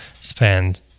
spend